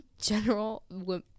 general